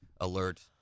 alert